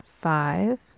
five